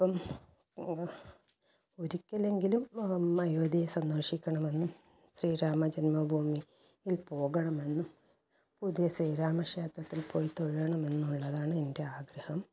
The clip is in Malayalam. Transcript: അപ്പം ഒരിക്കലെങ്കിലും അയോദ്ധ്യ സന്ദർശിക്കണമെന്നും ശ്രീരാമ ജന്മ ഭൂമിയിൽ പോകണമെന്നും പുതിയ ശ്രീരാമ ക്ഷേത്രത്തിൽ പോയി തൊഴണം എന്നുള്ളതാണ് എൻ്റെ ആഗ്രഹം